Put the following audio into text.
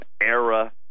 era